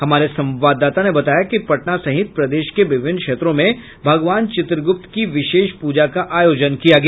हमारे संवाददाता ने बताया कि पटना सहित प्रदेश के विभिन्न क्षेत्रों में भगवान चित्रगुप्त की विशेष प्रजा का आयोजन किया गया